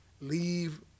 leave